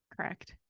Correct